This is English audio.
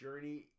journey